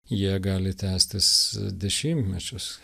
jie gali tęstis dešimtmečius